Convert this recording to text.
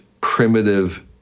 primitive